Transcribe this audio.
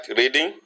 reading